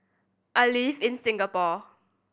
I live in Singapore